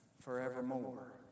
forevermore